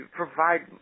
provide